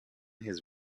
his